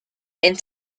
and